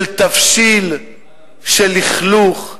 של תבשיל של לכלוך,